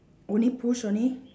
only push only